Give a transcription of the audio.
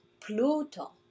Pluto